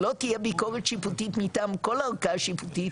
שלא תהיה ביקורת שיפוטית מטעם כל ערכאה שיפוטית,